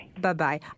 Bye-bye